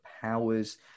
powers